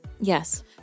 Yes